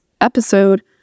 episode